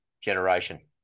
generation